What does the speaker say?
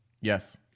yes